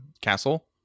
castle